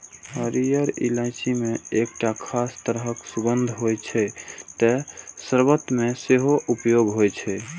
हरियर इलायची मे एकटा खास तरह सुगंध होइ छै, तें शर्बत मे सेहो उपयोग होइ छै